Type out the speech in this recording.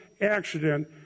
accident